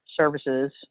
services